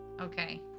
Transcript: Okay